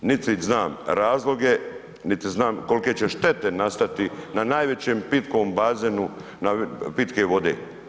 Niti znam razloge, niti znam kolike će štete nastati na najvećem pitkom bazenu pitke vode.